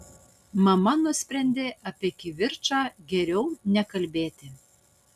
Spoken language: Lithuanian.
mama nusprendė apie kivirčą geriau nekalbėti